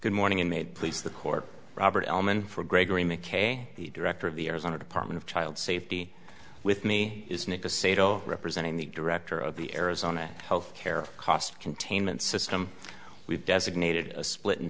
good morning inmate please the court robert alman for gregory mckay the director of the arizona department of child safety with me is nichols sado representing the director of the arizona health care cost containment system we've designated a split in